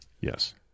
Yes